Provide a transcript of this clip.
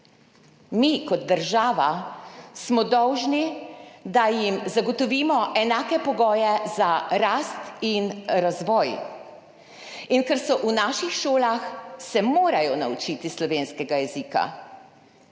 Mi kot država smo dolžni, da jim zagotovimo enake pogoje za rast in razvoj. In ker so v naših šolah, se morajo naučiti slovenskega jezika.